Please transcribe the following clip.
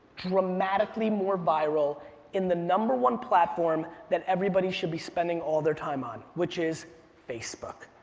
dramatically more viral in the number one platform that everybody should be spending all their time on, which is facebook.